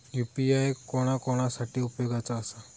UPI कोणा कोणा साठी उपयोगाचा आसा?